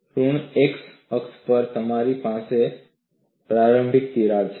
ઋણ x અક્ષ પર તમારી પાસે પ્રારંભિક તિરાડ છે